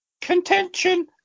contention